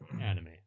anime